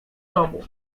domu